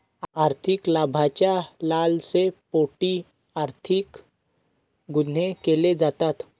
आर्थिक लाभाच्या लालसेपोटी आर्थिक गुन्हे केले जातात